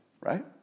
right